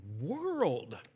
world